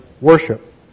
worship